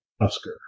Oscar